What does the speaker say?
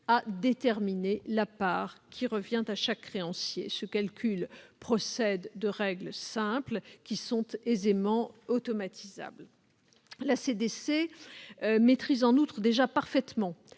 à déterminer la part qui revient à chaque créancier. Ce calcul procède de règles simples qui sont aisément automatisables. La CDC maîtrise en outre parfaitement